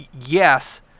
yes